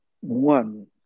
one